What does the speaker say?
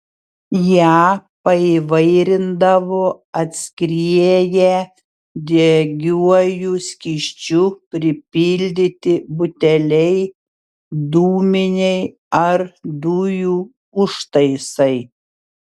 ją paįvairindavo atskrieję degiuoju skysčiu pripildyti buteliai dūminiai ar dujų užtaisai